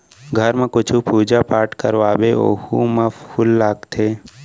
घर म कुछु पूजा पाठ करवाबे ओहू म फूल लागथे